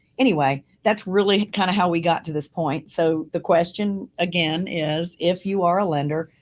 anyway, that's really kinda how we got to this point. so the question again is if you are a lender,